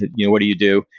you know what do you do?